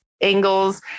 angles